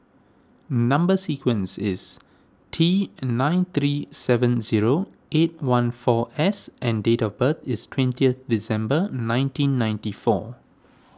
Number Sequence is T nine three seven zero eight one four S and date of birth is twentieth December nineteen ninety four